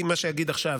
היא מה שאגיד עכשיו,